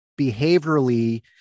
behaviorally